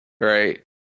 right